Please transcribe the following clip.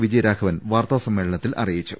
വിജയരാഘവൻ വാർത്താസമ്മേളനത്തിൽ അറി യിച്ചു